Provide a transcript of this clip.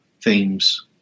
themes